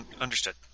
Understood